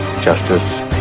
justice